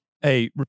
Hey